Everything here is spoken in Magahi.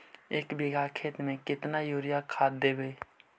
एक बिघा खेत में केतना युरिया खाद देवै?